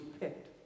picked